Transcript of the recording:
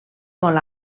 molt